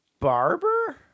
barber